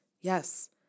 Yes